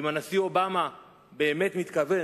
אם הנשיא אובמה באמת מתכוון,